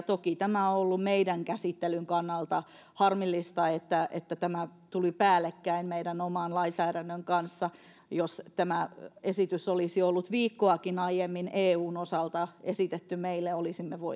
toki tämä on ollut meidän käsittelymme kannalta harmillista että että tämä tuli päällekkäin meidän oman lainsäädäntömme kanssa jos tämä esitys olisi viikkoakin aiemmin eun osalta esitetty meille olisimme